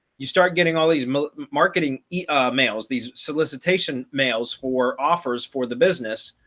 you start getting all these marketing, e mails, these solicitation mails for offers for the business,